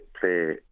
play